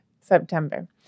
September